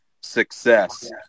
success